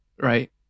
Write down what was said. Right